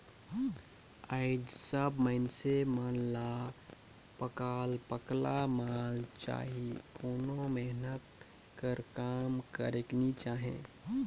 आएज सब मइनसे मन ल पकल पकाल माल चाही कोनो मेहनत कर काम करेक नी चाहे